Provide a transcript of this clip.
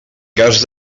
cas